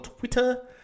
Twitter